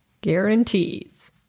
Guarantees